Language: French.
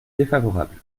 défavorable